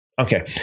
Okay